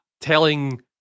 telling